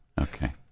Okay